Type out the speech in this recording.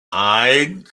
eins